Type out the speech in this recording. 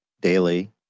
daily